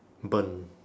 burned